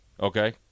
Okay